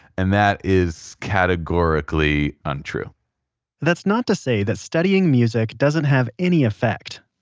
and that is categorically untrue that's not to say that studying music doesn't have any effect,